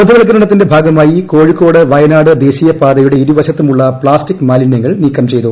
ബോധവൽക്കരണത്തിന്റെ ഭാഗമായി കോഴിക്കോട് വയനാട് ് ദേശിയ പാതയുടെ ഇരുവശത്തുമുള്ള പ്താസ്റ്റിക് മാലിന്യങ്ങൾ നീക്കം ചെയ്തു